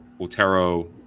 otero